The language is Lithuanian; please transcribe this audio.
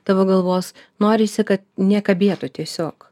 tavo galvos norisi kad nekabėtų tiesiog